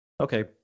Okay